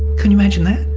can you imagine that?